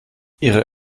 ihre